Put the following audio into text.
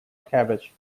cabbage